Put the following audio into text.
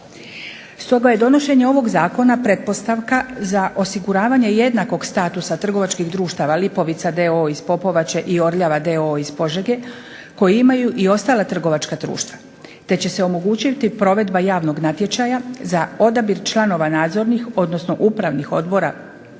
Stoga je donošenje ovog zakona pretpostavka za osiguravanje jednakog statusa trgovačkih društava Lipovica d.o.o. iz Popovače i Orljava d.o.o. iz Požege koji imaju i ostala trgovačka društva te će se omogućiti provedba javnog natječaja za odabir članova nadzornih, odnosno upravnih odbora